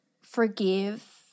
forgive